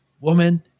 woman